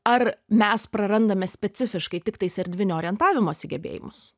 ar mes prarandame specifiškai tiktais erdvinio orientavimosi gebėjimus